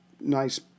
nice